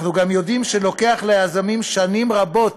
אנחנו גם יודעים שלוקח ליזמים שנים רבות,